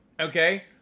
Okay